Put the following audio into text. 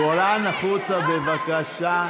גולן, החוצה, בבקשה.